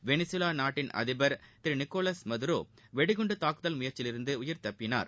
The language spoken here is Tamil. வெனிசுலா நாட்டின் அதிபர் திரு நிக்கோலஸ் மதுரோ வெடிகுண்டு தாக்குதல் முயற்சியிலிருந்து உயிர் தப்பினார்